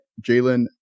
Jalen